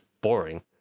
boring